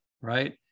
Right